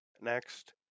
next